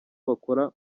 bakora